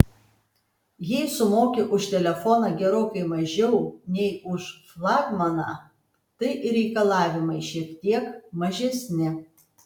jei sumoki už telefoną gerokai mažiau nei už flagmaną tai ir reikalavimai šiek tiek mažesni